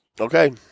Okay